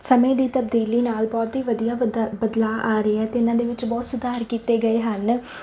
ਸਮੇਂ ਦੀ ਤਬਦੀਲੀ ਨਾਲ ਬਹੁਤ ਹੀ ਵਧੀਆ ਬਦਾ ਬਦਲਾਅ ਆ ਰਿਹਾ ਅਤੇ ਇਹਨਾਂ ਦੇ ਵਿੱਚ ਬਹੁਤ ਸੁਧਾਰ ਕੀਤੇ ਗਏ ਹਨ